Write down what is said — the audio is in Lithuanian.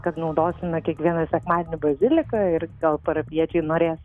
kad naudosime kiekvieną sekmadienį baziliką ir gal parapijiečiai norės